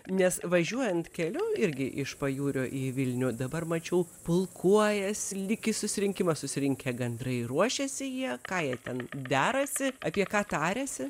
nes važiuojant keliu irgi iš pajūrio į vilnių dabar mačiau pulkuojasi lyg į susirinkimą susirinkę gandrai ruošiasi jie ką jie ten derasi apie ką tariasi